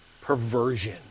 perversion